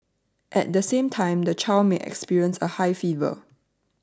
at the same time the child may experience a high fever